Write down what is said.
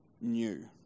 new